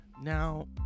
Now